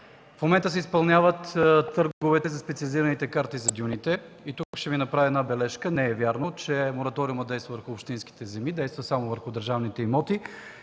в момента се изпълняват търговете за специализираните карти за дюните. Тук ще Ви направя една бележка – не е вярно, че мораториумът действа върху общинските земи, действа само върху държавните имоти,